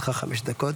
לרשותך חמש דקות.